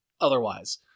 otherwise